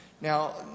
Now